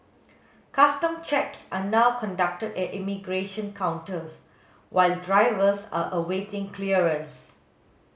custom checks are now conducted at immigration counters while drivers are awaiting clearance